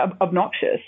obnoxious